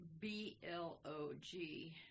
B-L-O-G